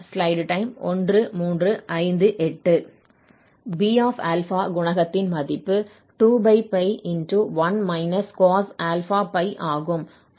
Bα குணகத்தின் மதிப்பு 21 cosαπ ஆகும்